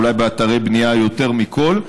אולי באתרי בנייה יותר מכול.